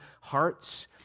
hearts